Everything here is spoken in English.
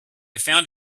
found